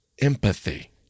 Empathy